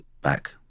back